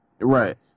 Right